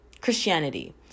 Christianity